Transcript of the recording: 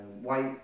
white